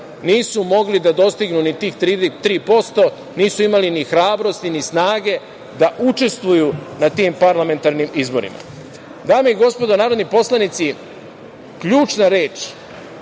Nisu mogli da dostignu ni tih 3%, nisu imali ni hrabrosti, ni snage da učestvuju na tim parlamentarnim izborima. Dame i gospodo narodni poslanici, ključna reč